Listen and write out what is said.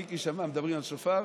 מיקי שמע שמדברים על שופר,